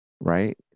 right